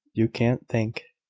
you can't think.